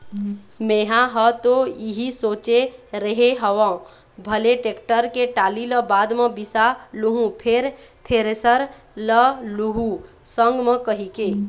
मेंहा ह तो इही सोचे रेहे हँव भले टेक्टर के टाली ल बाद म बिसा लुहूँ फेर थेरेसर ल लुहू संग म कहिके